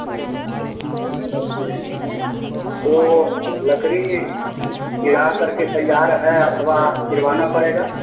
जी जी तो लकड़ी चीरा करके तैयार है अथवा चिरवाना पड़ेगा